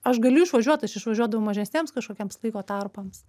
aš galiu išvažiuot aš išvažiuodavau mažesniems kažkokiems laiko tarpams